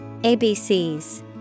ABCs